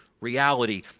reality